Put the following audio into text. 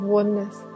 oneness